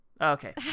Okay